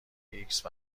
ایکس